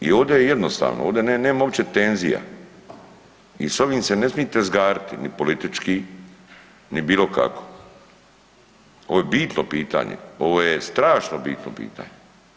I ode je jednostavno, ode nema uopće tenzija i s ovim se ne smite tezgariti, ni politički ni bilo kako, ovo je bitno pitanje, ovo je strašno bitno pitanje.